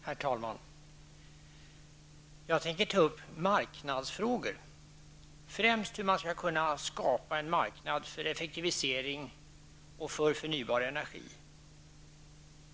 Herr talman! Jag tänker ta upp marknadsfrågor, främst hur man skall kunna skapa en marknad för effektivisering och för förnybar energi.